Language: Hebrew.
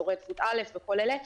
אזורי עדיפות א' וכן הלאה,